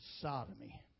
sodomy